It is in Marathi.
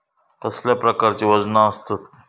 कसल्या प्रकारची वजना आसतत?